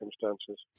circumstances